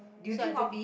so I don't